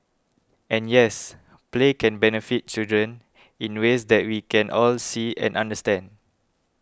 and yes play can benefit children in ways that we can all see and understand